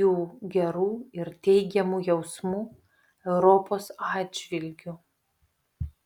jų gerų ir teigiamų jausmų europos atžvilgiu